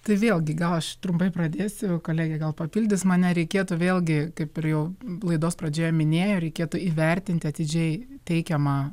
tai vėlgi gal aš trumpai pradėsiu kolegė gal papildys mane reikėtų vėlgi kaip ir jau laidos pradžioje minėjo reikėtų įvertinti atidžiai teikiamą